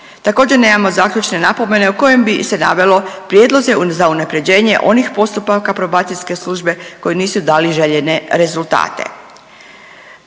Također nemamo zaključne napomene u kojem bi se navelo prijedloge za unapređenje onih postupaka probacijske službe koji nisu dali željene rezultate.